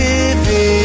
Living